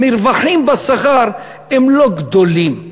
המרווחים בשכר הם לא גדולים.